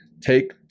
take